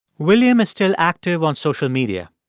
william is still active on social media,